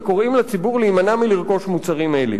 וקוראים לציבור להימנע מלרכוש מוצרים אלה.